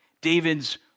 David's